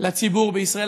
לציבור בישראל,